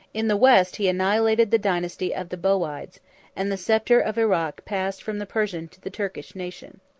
in the west he annihilated the dynasty of the bowides and the sceptre of irak passed from the persian to the turkish nation.